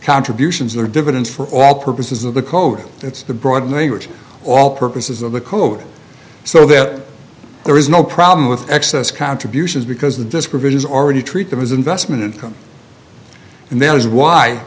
contributions they're dividends for all purposes of the code it's the broadening which all purposes of the code so that there is no problem with excess contributions because the description is already treat them as investment income and that is why